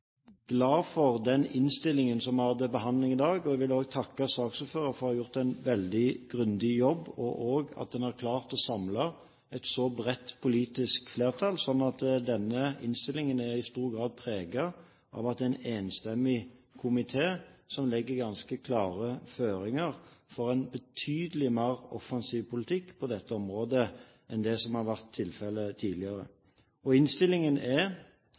glad for den innstillingen som vi har til behandling i dag. Jeg vil også takke saksordføreren for å ha gjort en veldig grundig jobb, og også for at en har klart å samle et så bredt politisk flertall. Denne innstillingen er i stor grad preget av at det er en enstemmig komité som legger ganske klare føringer for en betydelig mer offensiv politikk på dette området enn det som har vært tilfellet tidligere. Komitéinnstillingen er